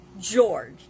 George